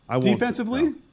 Defensively